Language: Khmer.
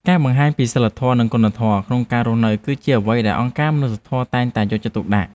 ការបង្ហាញពីសីលធម៌និងគុណធម៌ក្នុងការរស់នៅគឺជាអ្វីដែលអង្គការមនុស្សធម៌តែងតែយកចិត្តទុកដាក់។